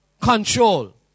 control